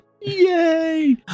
Yay